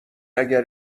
اگه